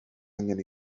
angen